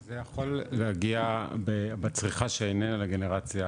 זה יכול להגיע בצריכה שאיננה דגנרציה